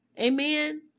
Amen